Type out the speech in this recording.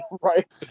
Right